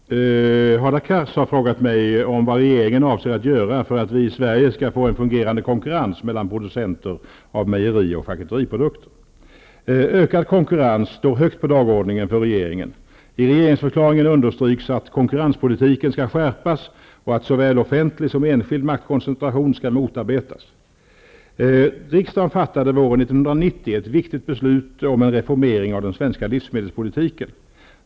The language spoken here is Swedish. Fru talman! Hadar Cars har frågat mig om vad regeringen avser att göra för att vi i Sverige skall få en fungerande konkurrens mellan producenter av me jerioch charkuteriprodukter. Ökad konkurens står högt på dagordningen för regeringen. I regeringsför klaringen understryks att konkurrenspolitiken skall skärpas och att såväl of fentlig som enskild maktkoncentration skall motarbetas. Riksdagen fattade våren 1990 ett viktigt beslut om en reformering av den svenska livsmedelspolitiken.